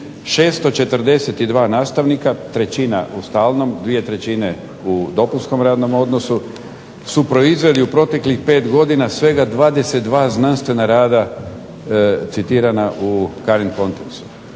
642 nastavnika, trećina u stalnom, dvije trećine u dopunskom radnom odnosu su proizveli u proteklih 5 godina svega 22 znanstvena rada citirana u … /Govornik